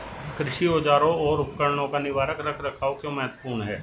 कृषि औजारों और उपकरणों का निवारक रख रखाव क्यों महत्वपूर्ण है?